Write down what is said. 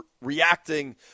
reacting